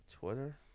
Twitter